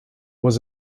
was